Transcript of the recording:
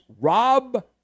Rob